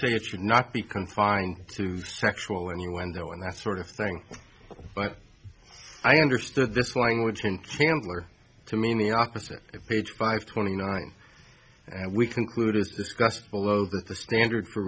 saying it should not be confined to sexual innuendo and that sort of thing but i understood this language and handler to mean the opposite of page five twenty nine and we conclude as discussed below that the standard for